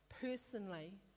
personally